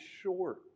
short